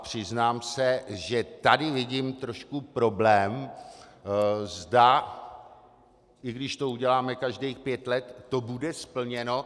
Přiznám se, že tady vidím trochu problém, zda to, i když to uděláme každých pět let, bude splněno.